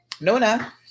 Nona